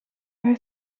are